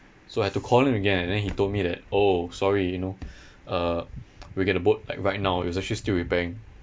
so I had to call him again and then he told me that oh sorry you know uh we'll get the boat like right now it's actually still repairing